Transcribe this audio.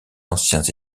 anciens